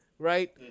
Right